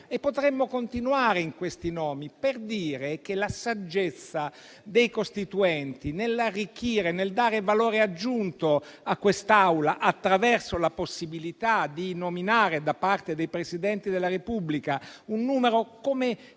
Potremmo continuare con questi nomi per dire che la saggezza dei Costituenti nell'arricchire e dare valore aggiunto a quest'Assemblea attraverso la possibilità di nominare, da parte dei Presidenti della Repubblica, un numero di